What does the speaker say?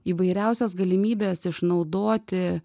įvairiausios galimybės išnaudoti